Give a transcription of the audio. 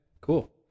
cool